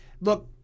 look